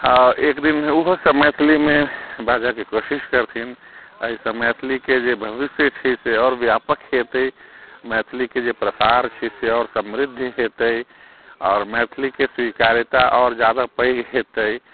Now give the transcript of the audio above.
एक दिन ओहो सभ मैथिलीमे बाजयके कोशिश करथिन एहिसँ मैथिलीके जे भविष्य छै से आओर व्यापक हेतै मैथिलीके जे प्रसार छै से आओर समृद्ध हेतै आओर मैथिलीके स्वीकार्यता आओर जादा पैघ हेतै